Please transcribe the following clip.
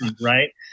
right